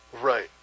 Right